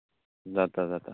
जाता जाता